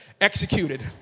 Executed